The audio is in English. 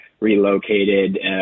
relocated